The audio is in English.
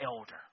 elder